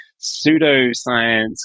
pseudoscience